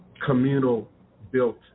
communal-built